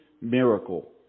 miracle